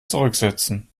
zurücksetzen